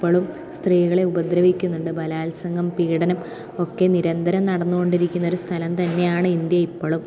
ഇപ്പളും സ്ത്രീകളെ ഉപദ്രവിക്കുന്നുണ്ട് ബലാത്സംഗം പീഡനം ഒക്കെ നിരന്തരം നടന്ന് കൊണ്ടിരിക്കുന്ന ഒരുസ്ഥലം തന്നെയാണ് ഇന്ത്യ ഇപ്പളും